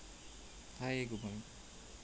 hi good morning